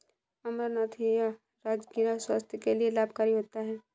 अमरनाथ या राजगिरा स्वास्थ्य के लिए लाभकारी होता है